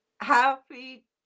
Happy